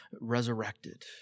resurrected